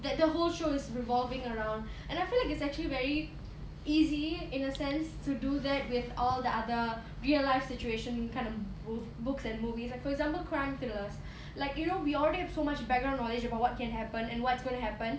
that the whole show is revolving around and I feel like it's actually very easy in a sense to do that with all the other real life situation kind of both books and movies like for example crime thrillers like you know we already have so much background knowledge about what can happen and what's going to happen